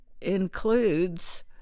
includes